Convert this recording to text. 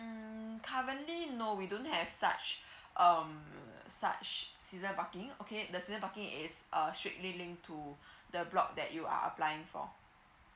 um currently no we don't have such um such season parking okay the season parking is uh strictly linked to the block that you are applying for